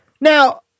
Now